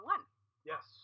Yes